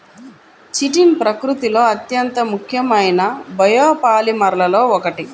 chitin ప్రకృతిలో అత్యంత ముఖ్యమైన బయోపాలిమర్లలో ఒకటి